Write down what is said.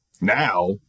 Now